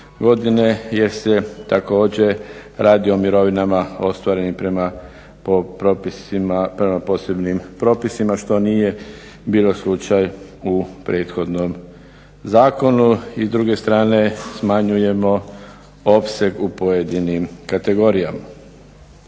jer se također radi o mirovinama ostvarenim prema posebnim propisima što nije bio slučaj u prethodnom zakonu. I s druge strane smanjujemo opseg u pojedinim kategorijama.